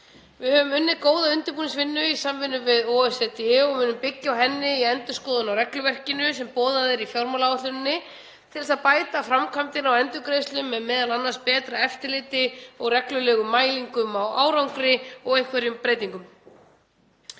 Við höfum unnið góða undirbúningsvinnu í samvinnu við OECD og munum byggja á henni í endurskoðun á regluverkinu sem boðuð er í fjármálaáætluninni til þess að bæta framkvæmdina á endurgreiðslum með m.a. betra eftirliti, reglulegum mælingum á árangri og einhverjum breytingum.